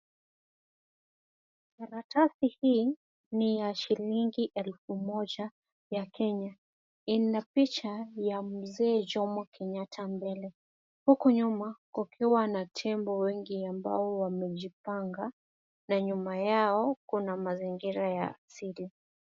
Karatasi hii ni ya noti ya shilingi elfu moja, ya Kenya. Ina picha ya Mzee Jomo Kenyatta mbele. Huku nyuma ikiwa na tembo wengi ambao wamejipanga, na nyuma yao kuna mazingira ya asili.